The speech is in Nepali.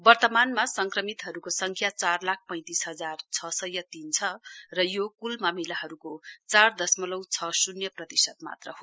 वर्तमानमा संक्रमितहरूको संङ्ख्या चार लाख पैंतिस हजार छ सय तीन छ र यो कूल मामिलाहरूको चार दशवलव छ शून्य प्रतिशत मात्र हो